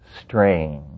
strange